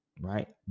right